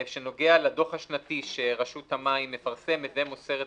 שנוגע לדוח השנתי שרשות המים מפרסמת ומוסרת,